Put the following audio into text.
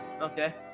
Okay